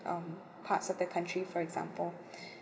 um parts of the countries for example